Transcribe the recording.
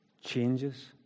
changes